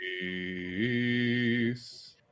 Peace